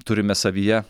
turime savyje